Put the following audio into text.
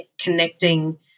connecting